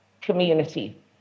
community